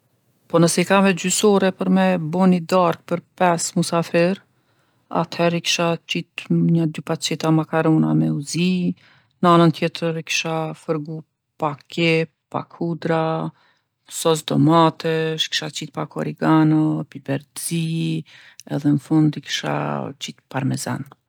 Po nëse i kam veç gjysë ore për me bo ni darkë për pesë musafir, atherë i kisha qit nja dy paqeta makarona me u zi, n'anën tjetër e kisha fërgu pak kepë, pak hudra, sos domatesh, kisha qit pak origano, biber t'zi edhe n'fund i kisha qit parmezan.